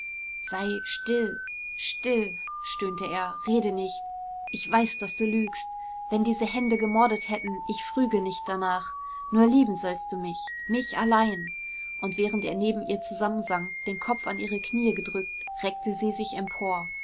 sei still still stöhnte er rede nicht ich weiß daß du lügst wenn diese hände gemordet hätten ich früge nicht danach nur lieben sollst du mich mich allein und während er neben ihr zusammensank den kopf an ihre knie gedrückt reckte sie sich empor